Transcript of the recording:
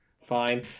fine